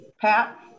Pat